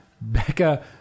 becca